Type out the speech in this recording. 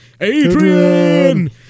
Adrian